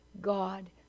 God